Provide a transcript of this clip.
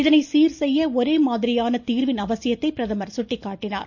இதனை சீர்செய்ய ஒரே மாதிரியான தீர்வின் அவசியத்தை பிரதமர் சுட்டிக்காட்டினார்